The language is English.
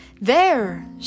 There